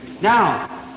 Now